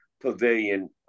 Pavilion